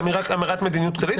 זו אמירת מדיניות כללית,